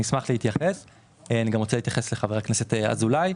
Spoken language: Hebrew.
מה העמדה שלכם היום לגבי הפטור?